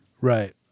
Right